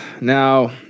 Now